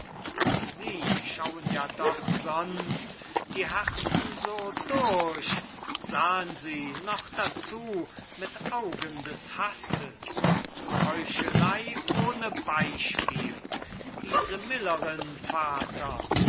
und sie schauen ja doch sonst die herzen so durch sahen sie noch dazu mit augen des hasses heuchelei ohne beispiel diese millerin